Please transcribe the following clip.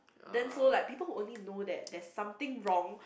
then so like people who only know that that something wrong